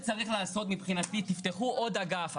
מה שצריך לעשות מבחינתי תפתחו עוד אגף,